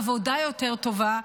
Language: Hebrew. עבודה יותר טובה,